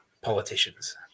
politicians